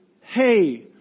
hey